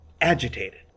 agitated